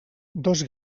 dos